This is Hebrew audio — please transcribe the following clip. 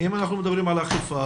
אם אנחנו מדברים על אכיפה,